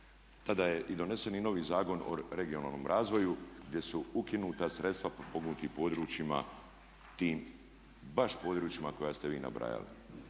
tada je donesen i novi Zakon o regionalnom razvoju gdje su ukinuta sredstva potpomognutim područjima tim baš područjima koja ste vi nabrojali.